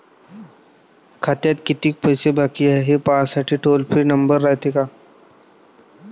खात्यात कितीक पैसे बाकी हाय, हे पाहासाठी टोल फ्री नंबर रायते का?